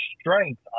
strength